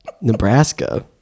Nebraska